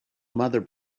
mother